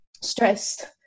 stressed